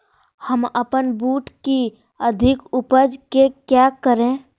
हम अपन बूट की अधिक उपज के क्या करे?